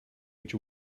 each